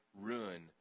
ruin